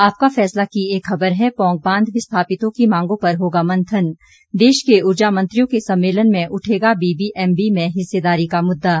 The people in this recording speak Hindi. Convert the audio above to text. आपका फैसला की एक खबर है पौंग बांध विस्थापितों की मांगों पर होगा मंथन देश के उर्जा मंत्रियों के सम्मेलन में उठेगा बीबीएमबी में हिस्सेदारी का मुद्दा